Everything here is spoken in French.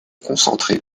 concentrée